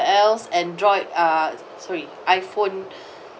else android uh sorry iphone